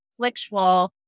conflictual